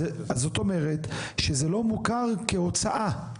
זאת אומרת שזה לא מוכר כהוצאה.